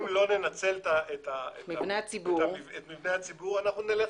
אם לא ננצל את מבני הציבור אנחנו נלך